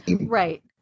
right